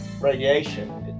radiation